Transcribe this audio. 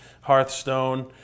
Hearthstone